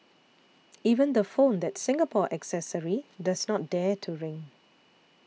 even the phone that Singapore accessory does not dare to ring